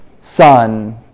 son